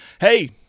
hey